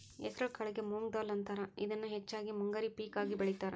ಹೆಸರಕಾಳಿಗೆ ಮೊಂಗ್ ದಾಲ್ ಅಂತಾರ, ಇದನ್ನ ಹೆಚ್ಚಾಗಿ ಮುಂಗಾರಿ ಪೇಕ ಆಗಿ ಬೆಳೇತಾರ